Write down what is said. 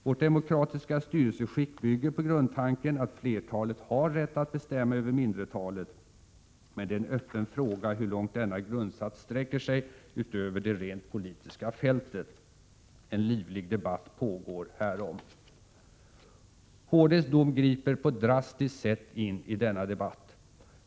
Vårt demokratiska styrelseskick bygger på grundtanken att flertalet har rätt att bestämma över mindretalet, men det är en öppen fråga hur långt denna grundsats sträcker sig utanför det tent politiska fältet. En livlig debatt pågår härom. HD:s dom griper på ett drastiskt sättini denna debatt.